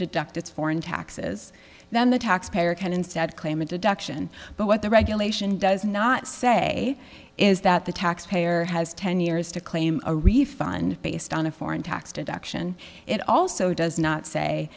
deduct its foreign taxes then the taxpayer can instead claim a deduction but what the regulation does not say is that the taxpayer has ten years to claim a refund based on a foreign tax deduction it also does not say